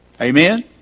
Amen